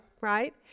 right